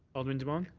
alderman demong?